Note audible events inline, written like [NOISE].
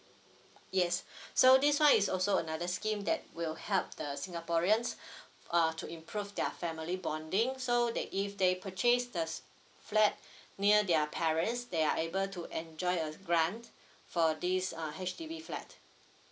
yes [BREATH] so this one is also another scheme that will help the singaporeans [BREATH] err to improve their family bonding so they if they purchase the flat [BREATH] near their parents they are able to enjoy a grant for this uh H_D_B flat